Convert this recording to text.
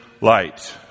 light